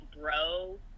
bro